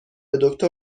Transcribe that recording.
دکتر